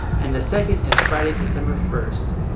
and the second is friday, december first.